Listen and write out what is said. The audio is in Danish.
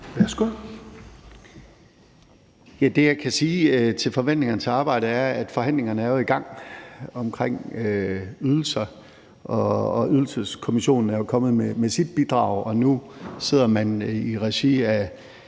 Wammen): Det, jeg kan sige om forventningerne til arbejdet, er, at forhandlingerne jo er i gang omkring ydelser, og Ydelseskommissionen er jo kommet med sit bidrag, og nu sidder man i regi af